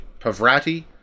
Pavrati